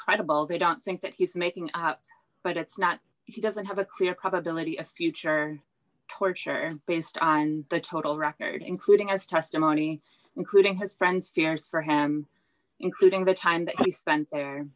credible they don't think that he's making but it's not he doesn't have a clear culpability a future torture based on the total record including as testimony including his friend fears for him including the time that he spent there